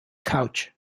couch